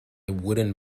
wooden